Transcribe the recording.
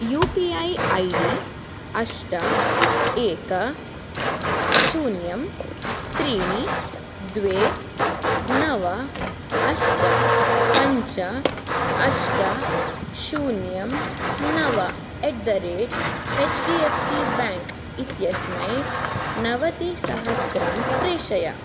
U P I I D अष्ट एक शून्यं त्रीणि द्वे नव अष्ट पञ्च अष्ट शून्यं नव at the rate H D F C bank इत्यस्मै नवतिसहस्रम् प्रेषय